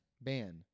Ban